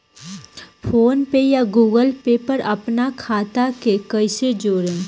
PhonePe या Google Pay पर अपना खाता के कईसे जोड़म?